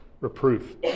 Reproof